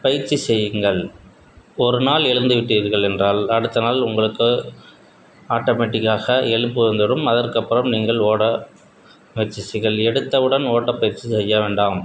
பயிற்சி செய்யுங்கள் ஒரு நாள் எழுந்துவிட்டீர்கள் என்றால் அடுத்த நாள் உங்களுக்கு ஆட்டோமேட்டிக்காக எழுப்பு வந்துடும் அதற்கப்புறம் நீங்கள் ஓட முயற்சி செய்யுங்கள் எடுத்தவுடன் ஓட்டப் பயிற்சி செய்ய வேண்டாம்